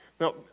Now